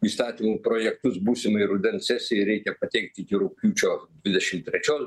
įstatymų projektus būsimai rudens sesijai reikia pateikti iki rugpjūčio dvidešimt trečios